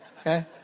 okay